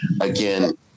again